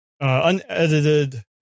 unedited